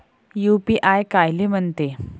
UPI कायले म्हनते?